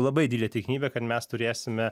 labai didelė tikimybė kad mes turėsime